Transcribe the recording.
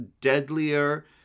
deadlier